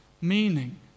meaning